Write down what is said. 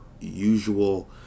usual